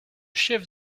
chef